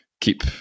keep